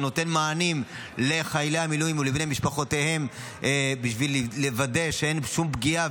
נותן מענים לחיילי מילואים ולבני משפחותיהם בשביל לוודא שאין שום פגיעה.